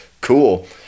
Cool